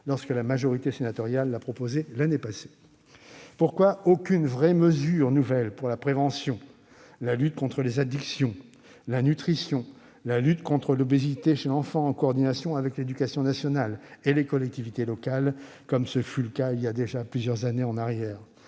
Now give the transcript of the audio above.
lorsque la majorité sénatoriale la proposait ? Pourquoi aucune vraie mesure nouvelle pour la prévention, la lutte contre les addictions, la nutrition, la lutte contre l'obésité chez l'enfant, en coordination avec l'éducation nationale et les collectivités locales, comme ce fut le cas il y a déjà plusieurs années ? De